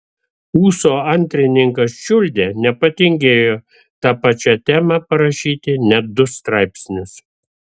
ūso antrininkas čiuldė nepatingėjo ta pačia tema parašyti net du straipsnius